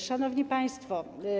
Szanowni Państwo!